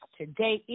today